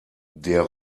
der